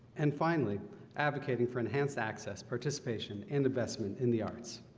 and finally advocating for enhanced access participation and investment in the arts.